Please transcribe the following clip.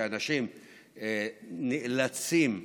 שאנשים נאלצים,